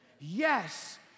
Yes